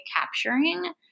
capturing